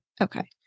Okay